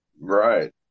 right